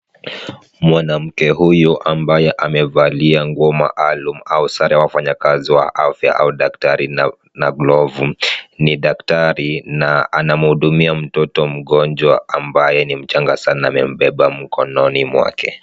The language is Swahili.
Mwanamke huyu ambaye amevalia nguo maalum au sare ya wafanyakazi wa afya au daktari na glovu ni daktari na anamhudumia mtoto mgonjwa ambaye ni mchanga sana. Amembeba mkononi mwake.